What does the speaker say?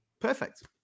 Perfect